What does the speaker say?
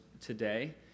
today